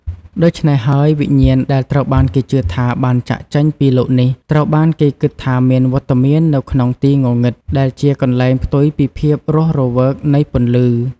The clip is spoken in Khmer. ដូច្នេះហើយ វិញ្ញាណដែលត្រូវបានគេជឿថាបានចាកចេញពីលោកនេះ ត្រូវបានគេគិតថាមានវត្តមាននៅក្នុងទីងងឹត ដែលជាកន្លែងផ្ទុយពីភាពរស់រវើកនៃពន្លឺ ។